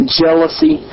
jealousy